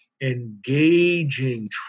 engaging